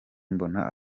mbona